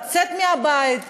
לצאת מהבית,